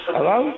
Hello